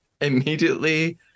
immediately